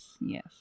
yes